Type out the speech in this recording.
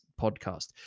podcast